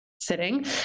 sitting